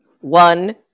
one